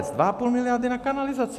Dva a půl miliardy na kanalizace.